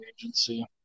agency